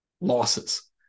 losses